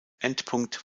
endpunkt